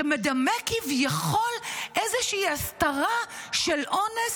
שמדמה כביכול איזושהי הסתרה של אונס